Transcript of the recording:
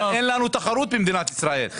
אבל אין לנו תחרות במדינת ישראל.